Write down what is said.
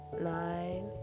Nine